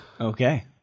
okay